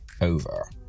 over